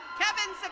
kevin.